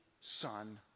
Son